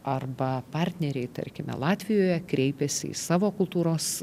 arba partneriai tarkime latvijoje kreipiasi į savo kultūros